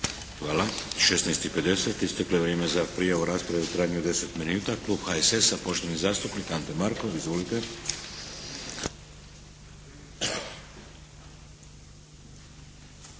Hvala. U 16,50 isteklo je vrijeme za prijavu rasprave u trajanju od deset minuta. Klub HSS-a poštovani zastupnik Ante Markov. Izvolite.